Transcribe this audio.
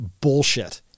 bullshit